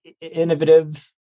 innovative